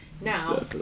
now